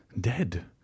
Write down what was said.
dead